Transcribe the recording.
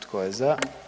Tko je za?